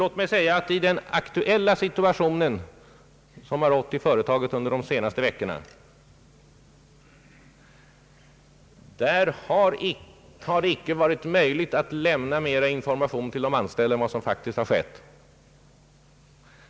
Låt mig emellertid säga att i den situation som rått under de senaste veckorna har det icke varit möjligt att lämna mera information till de anställda i Durox än vad som faktiskt har skett.